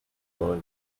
world